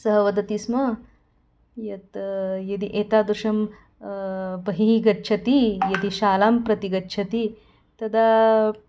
सः वदति स्म यत् यदि एतादृशं बहिः गच्छति यदि शालां प्रति गच्छति तदा